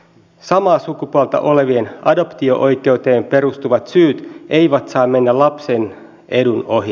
samaa sukupuolta olevien adoptio oikeuteen perustuvat syyt eivät saa mennä lapsen edun ohi